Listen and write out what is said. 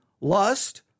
lust